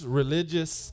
religious